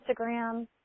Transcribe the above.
Instagram